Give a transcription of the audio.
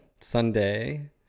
Sunday